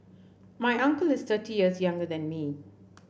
my uncle is thirty years younger than me